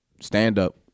stand-up